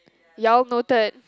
ya I'll noted